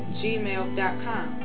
gmail.com